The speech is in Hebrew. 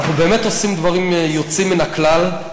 אנחנו באמת עושים דברים יוצאים מן הכלל.